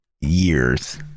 years